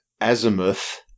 Azimuth